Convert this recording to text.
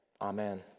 amen